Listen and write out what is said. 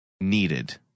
needed